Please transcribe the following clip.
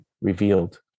revealed